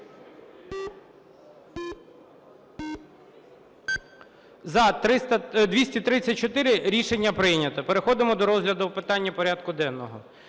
За-234 Рішення прийнято. Переходимо до розгляду питання порядку денного.